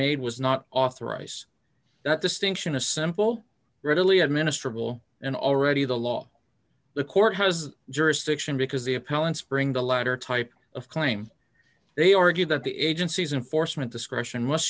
made was not authorize that distinction a simple readily administered rule and already the law the court has jurisdiction because the appellant spring the latter type of claim they argue that the agencies in force meant discretion must